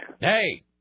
hey